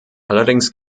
allerdings